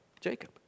Jacob